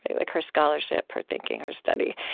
like her scholarship, her thinking, her study.